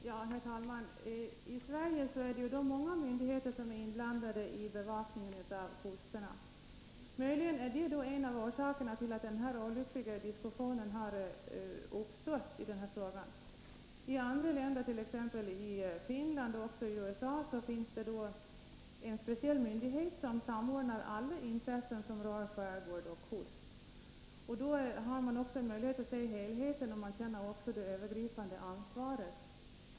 Herr talman! I Sverige är det många myndigheter som är inblandade i bevakningen av kusterna. Möjligen är detta en av orsakerna till att denna olyckliga diskussion har uppstått. I andra länder, t.ex. Finland och USA, finns det en speciell myndighet som samordnar alla intressen som rör skärgård och kust. Då har man möjlighet att se helheten, och man känner också det övergripande ansvaret.